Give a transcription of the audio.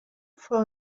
for